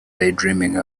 daydreaming